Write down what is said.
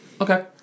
Okay